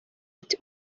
ati